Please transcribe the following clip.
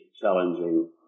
challenging